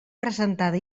presentada